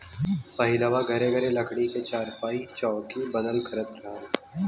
पहिलवां घरे घरे लकड़ी क चारपाई, चौकी बनल करत रहल